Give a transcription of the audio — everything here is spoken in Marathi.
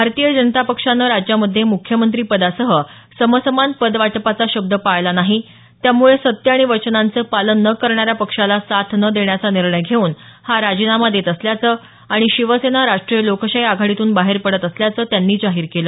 भारतीय जनता पक्षानं राज्यामध्ये मुख्यमंत्री पदासह समसमान पद वाटपाचा शब्द पाळला नाही त्यामुळे सत्य आणि वचनांचं पालन न करणाऱ्या पक्षाला साथ न देण्याचा निर्णय घेऊन हा राजीनामा देत असल्याचं आणि शिवसेना राष्टीय लोकशाही आघाडीतून बाहेर पडत असल्याचं त्यांनी जाहीर केलं